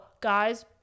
guys